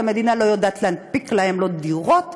שהמדינה לא יודעת להנפיק להם דירות,